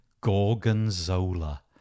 Gorgonzola